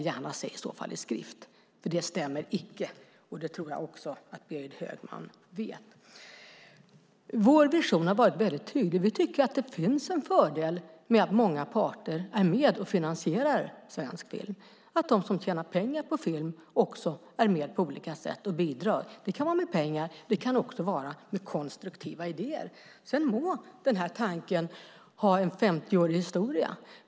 Det stämmer icke. Det tror jag också att Berit Högman vet. Vår vision har varit väldigt tydlig. Vi tycker att det finns en fördel i att många parter är med och finansierar svensk film. De som tjänar pengar på film ska vara med och bidra på olika sätt. Det kan vara med pengar men det kan också vara med konstruktiva idéer. Sedan må den tanken ha en 50-årig historia.